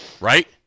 right